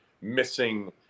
missing